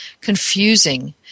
confusing